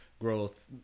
growth